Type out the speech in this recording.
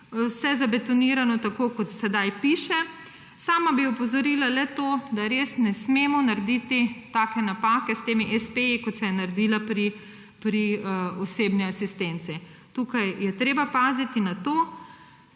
vse zabetonirano, tako kot sedaj piše. Sama bi opozorila le to, da res ne smemo narediti take napake s temi espeji, kot se je naredilo pri osebni asistenci. Tukaj je treba paziti na to.